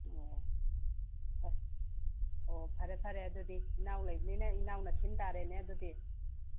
ꯑꯣ ꯑꯣ ꯑꯣ ꯑꯣ ꯐꯔꯦ ꯐꯔꯦ ꯑꯗꯨꯗꯤ ꯏꯅꯥꯎ ꯂꯩꯕꯅꯤꯅ ꯏꯅꯥꯎꯅ ꯁꯤꯟ ꯇꯥꯔꯦꯅꯦ ꯑꯗꯨꯗꯤ